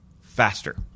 faster